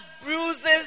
bruises